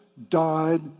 died